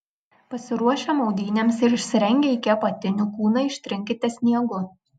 pasiruošę maudynėms ir išsirengę iki apatinių kūną ištrinkite sniegu